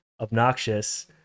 obnoxious